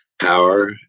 power